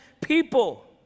people